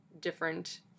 different